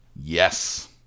Yes